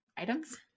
items